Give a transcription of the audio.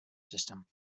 system